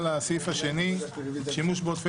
אדוני היושב-ראש,